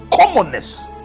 commonness